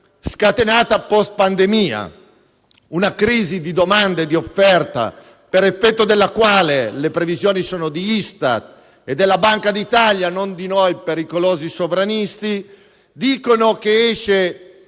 scatenatasi *post* pandemia; una crisi di domanda e di offerta, per effetto della quale - le previsioni sono di Istat e della Banca d'Italia, non di noi, pericolosi sovranisti - l'Italia uscirà